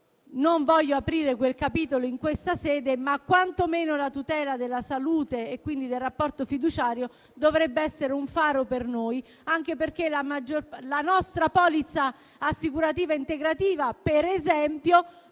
non voglio aprire quel capitolo in questa sede, ma quantomeno la tutela della salute (e quindi del rapporto fiduciario) dovrebbe essere un faro per noi, anche perché la nostra polizza assicurativa integrativa, per esempio,